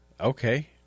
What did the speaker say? Okay